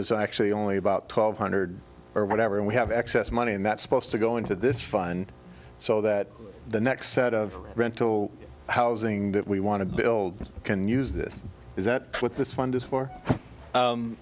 is actually only about twelve hundred or whatever and we have excess money and that's supposed to go into this fund so that the next set of rental housing that we want to build can use this is that what this fund is for